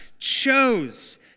chose